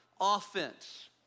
offense